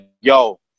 yo